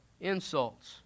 insults